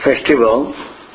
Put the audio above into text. festival